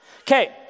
Okay